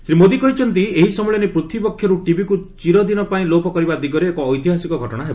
ଶ୍ରୀ ମୋଦି କହିଛନ୍ତି ଏହି ସମ୍ମିଳନୀ ପୃଥିବୀ ବକ୍ଷରୁ ଟିବିକୁ ଚିରଦିନପାଇଁ ଲୋପ କରିବା ଦିଗରେ ଏକ ଐତିହାସିକ ଘଟଣା ହେବ